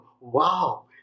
Wow